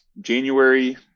January